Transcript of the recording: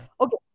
Okay